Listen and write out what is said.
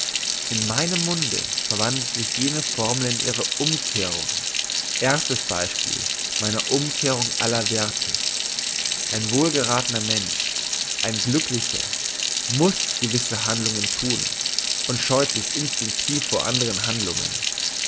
in meinem munde verwandelt sich jene formel in ihre umkehrung erstes beispiel meiner umwerthung aller werthe ein wohlgerathener mensch ein glücklicher muss gewisse handlungen thun und scheut sich instinktiv vor anderen handlungen